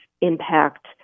impact